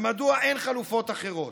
ומדוע אין חלופות אחרות.